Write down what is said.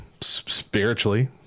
spiritually